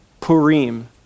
Purim